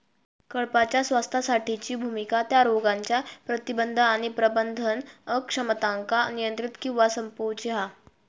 कळपाच्या स्वास्थ्यासाठीची भुमिका त्या रोगांच्या प्रतिबंध आणि प्रबंधन अक्षमतांका नियंत्रित किंवा संपवूची हा